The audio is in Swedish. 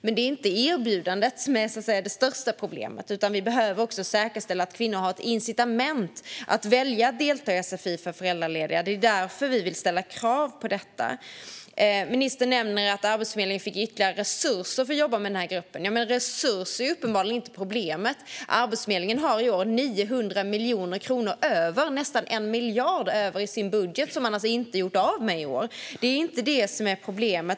Det är dock inte erbjudandet som är det största problemet, utan vi behöver säkerställa att kvinnor har ett incitament att välja att delta i sfi för föräldralediga. Det är därför vi vill ställa krav på detta. Ministern nämner att Arbetsförmedlingen fick ytterligare resurser för att jobba med den här gruppen, men resurser är uppenbarligen inte problemet. Arbetsförmedlingen har i år 900 miljoner kronor över i sin budget. Det är nästan 1 miljard som man alltså inte har gjort av med i år. Det är inte det som är problemet.